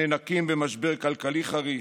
הנאנקים במשבר כלכלי חריף,